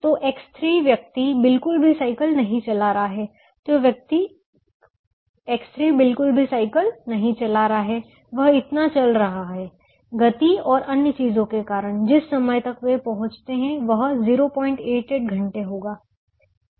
तो X3 व्यक्ति बिल्कुल भी साइकिल नहीं चला रहा है तो व्यक्ति X3 बिल्कुल भी साइकिल नहीं चला रहा है वह इतना चल रहा है गति और अन्य चीजों के कारण जिस समय तक वे पहुंचते हैं वह 088 घंटे होगा